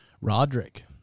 roderick